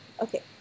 Okay